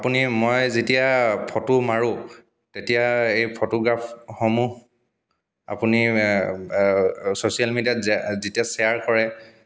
আপুনি মই যেতিয়া ফটো মাৰোঁ তেতিয়া এই ফটোগ্ৰাফসমূহ আপুনি ছ'চিয়েল মিডিয়াত যে যেতিয়া শ্বেয়াৰ কৰে